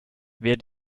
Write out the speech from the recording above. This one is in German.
wer